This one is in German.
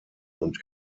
und